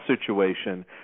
situation